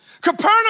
Capernaum